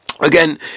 Again